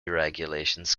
regulations